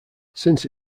since